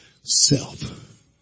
self